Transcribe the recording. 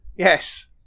Yes